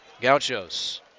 Gauchos